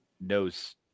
knows